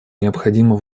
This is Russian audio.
необходимо